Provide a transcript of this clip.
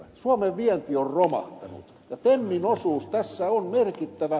suomen vienti on romahtanut ja temmin osuus tässä on merkittävä